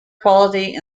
quality